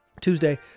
Tuesday